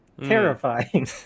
terrifying